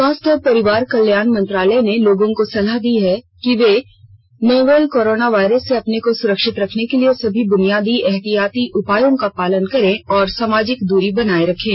स्वास्थ्य और परिवार कल्याण मंत्रालय ने लोगों को सलाह दी है कि वे नोवल कोरोना वायरस से अपने को सुरक्षित रखने के लिए सभी बुनियादी एहतियाती उपायों का पालन करें और सामाजिक दूरी बनाए रखें